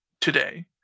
today